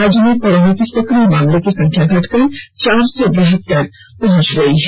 राज्य में कोरोना के सकिय मामलों की संख्या घटकर चार सौ बहतर पहुंच गई है